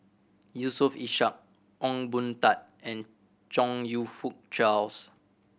Yusof Ishak Ong Boon Tat and Chong You Fook Charles